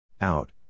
Out